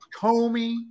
Comey